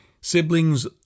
siblings